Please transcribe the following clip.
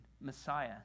Messiah